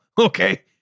okay